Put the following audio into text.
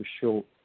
short